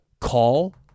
call